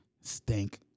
Stink